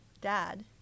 dad